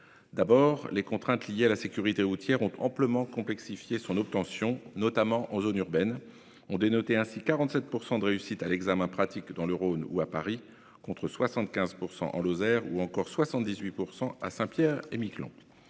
D'abord, les contraintes liées à la sécurité routière ont amplement complexifié son obtention, notamment en zone urbaine. On dénotait ainsi 47 % de réussite à l'examen pratique dans le Rhône ou à Paris contre 75 % en Lozère ou encore 78 % à Saint-Pierre-et-Miquelon.